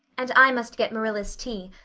and i must get marilla's tea.